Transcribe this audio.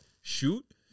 shoot